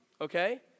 okay